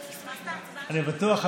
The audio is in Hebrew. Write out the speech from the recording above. אני בטוח,